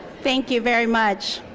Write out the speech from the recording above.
thank you very much.